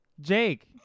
Jake